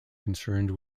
concerned